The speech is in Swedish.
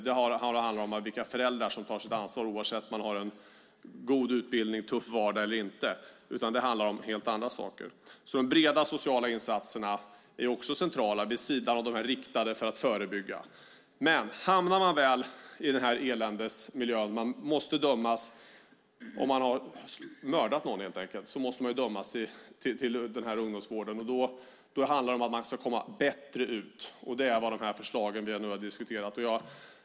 Det handlar om vilka föräldrar som tar sitt ansvar oavsett om man har en god utbildning och en tuff vardag eller inte. Det handlar om helt andra saker än pengar. De breda sociala insatserna är alltså också centrala vid sidan av de riktade för att förebygga. Men om man väl hamnar i denna eländesmiljö och måste dömas - om man har mördat någon måste man ju dömas till ungdomsvård - handlar det om att man ska komma bättre ut. Det är vad de förslag som vi nu har diskuterat handlar om.